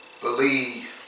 believe